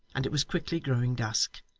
and it was quickly growing dusk,